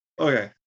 Okay